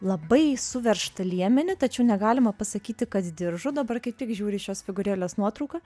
labai suveržtą liemenį tačiau negalima pasakyti kad diržu dabar kaip tik žiūri šiuos figūrėlės nuotrauką